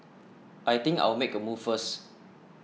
I think I'll make a move first